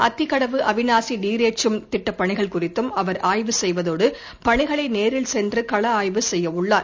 அத்திக்கடவு அவினாசி நீரேற்றும் திட்டப் பணிகள் குறித்தும் அவர் ஆய்வு செய்வதோடு பணிகளை நேரில் சென்று களஆய்வு செய்யவுள்ளார்